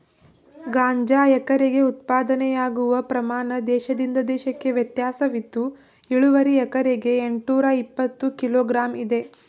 ಗಾಂಜಾ ಎಕರೆಗೆ ಉತ್ಪಾದನೆಯಾಗುವ ಪ್ರಮಾಣ ದೇಶದಿಂದ ದೇಶಕ್ಕೆ ವ್ಯತ್ಯಾಸವಿದ್ದು ಇಳುವರಿ ಎಕರೆಗೆ ಎಂಟ್ನೂರಇಪ್ಪತ್ತು ಕಿಲೋ ಗ್ರಾಂ ಇದೆ